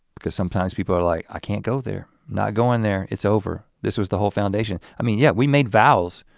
because sometimes people are like i can't go. they're not going there, it's over. this was the whole foundation. i mean yeah we made vows.